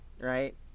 Right